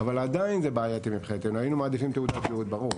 אבל עדיין זה בעייתי מבחינתנו היינו מעדיפים תעודת זהות ברור.